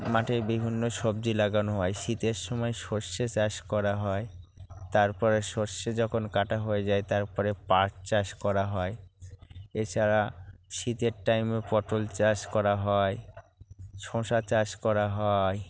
মাঠে বিভিন্ন সবজি লাগানো হয় শীতের সময় সরষে চাষ করা হয় তারপরে সরষে যখন কাটা হয়ে যায় তারপরে পাট চাষ করা হয় এছাড়া শীতের টাইমে পটল চাষ করা হয় শশা চাষ করা হয়